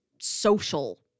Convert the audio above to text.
social